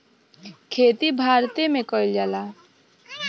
खेती भारते मे कइल जाला